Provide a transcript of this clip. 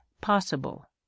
POSSIBLE